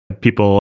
people